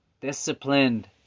disciplined